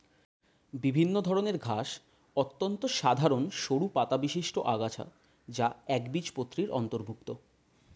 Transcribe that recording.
বিভিন্ন ধরনের ঘাস অত্যন্ত সাধারণ সরু পাতাবিশিষ্ট আগাছা যা একবীজপত্রীর অন্তর্ভুক্ত